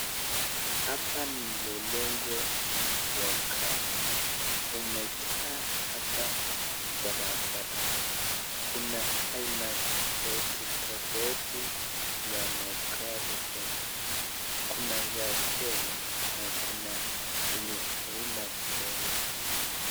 Hapa mlolongo wa magari, umejaa hapa barabara. Kuna aina tofauti tofauti ya magari kuna ya treal, na kuna enye haina trela.